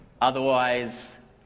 Otherwise